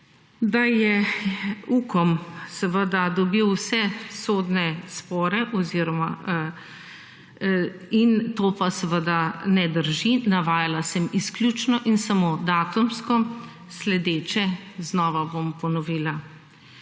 da je UKOM seveda dobil vse sodne spore oziroma in to pa seveda ne drži. Navajala sem izključno in samo datumsko sledeče znova bom ponovila.